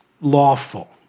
lawful